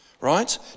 right